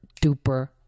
duper